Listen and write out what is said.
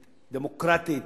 דמוקרטית,